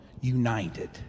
United